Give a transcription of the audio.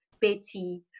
betty